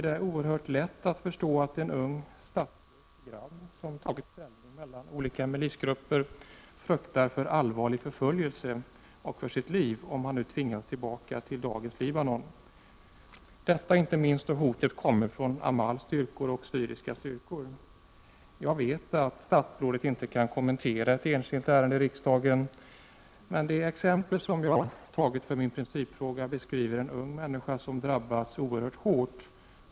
Det är oerhört lätt att förstå att en ung statslös grabb som tagit ställning mellan olika milisgrupper fruktar för allvarlig förföljelse och för sitt liv om han tvingas tillbaka till dagens Libanon, inte minst när hoten kommer från Amalstyrkor och syriska styrkor. Jag vet att statsrådet inte kan kommentera ett enskilt ärende i riksdagen, men det exempel som jag tagit för min principfråga beskriver situationen för en ung människa som drabbats oerhört hårt.